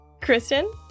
Kristen